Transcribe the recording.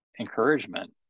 encouragement